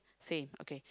same okay